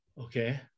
okay